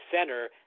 center